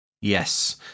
Yes